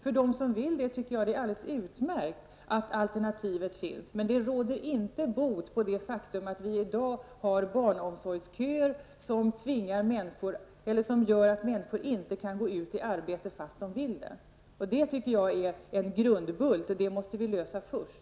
För dem som vill detta tycker jag det är alldeles utmärkt att alternativet finns. Men det råder inte bot på det faktum att vi i dag har barnomsorgsköer som gör att människor inte kan gå ut i arbete fast de vill det. Det tycker jag är en grundbult som vi måste lösa först.